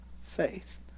faith